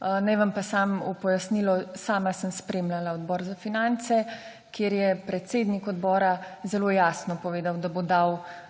Naj vam pa samo v pojasnilo, sama sem spremljala Odbor za finance, kjer je predsednik odbora zelo jasno povedal, da bo dal na